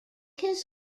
his